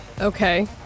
Okay